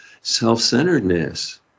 self-centeredness